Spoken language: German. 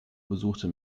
besuchte